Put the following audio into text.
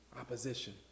opposition